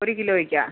ഒരു കിലോയ്ക്കാ